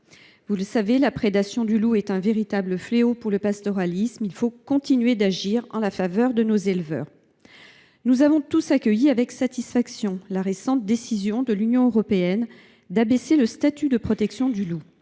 Vous le savez, la prédation du loup est un véritable fléau pour le pastoralisme, et il faut continuer d’agir en faveur de nos éleveurs. Nous avons donc tous accueilli avec satisfaction la récente décision de l’Union européenne d’abaisser le statut de protection du loup.